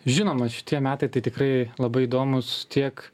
žinoma šitie metai tai tikrai labai įdomūs tiek